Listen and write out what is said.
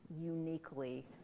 uniquely